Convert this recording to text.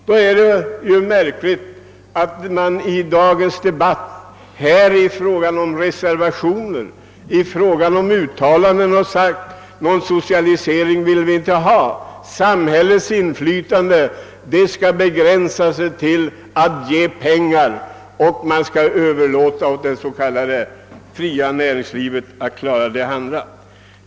Det är egendomligt att man i dagens debatt och i reservationer har sagt att man inte vill ha någon socialisering utan att samhället skall begränsa sig till att ge pengar och att man skall överlåta åt det s.k. fria näringslivet att klara allt annat.